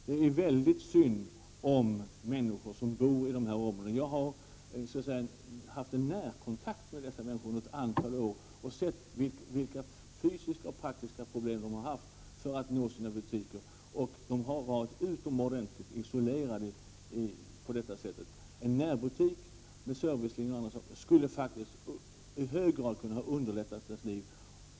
Det är mycket synd om människor som bor i de här områdena. Jag har haft närkontakt med dessa människor under ett antal år och sett vilka fysiska och praktiska problem de har med att nå sina butiker. På det sättet har de varit utomordentligt isolerade. En närbutik skulle i hög grad kunna underlätta deras liv.